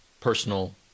personal